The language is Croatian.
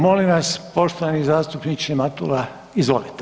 Molim vas poštovani zastupniče Matula, izvolite.